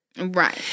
Right